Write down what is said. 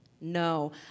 No